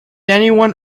anyone